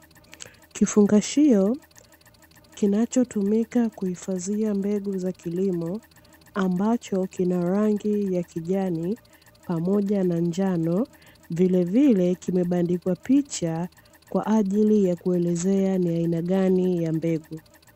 Kifungashio kinachotumika kuhifadhia mbegu za kilimo, ambacho kina rangi ya kijani pamoja na njano; vilevile kimebandikwa picha kwa ajili ya kuelezea ni aina gani ya mbegu.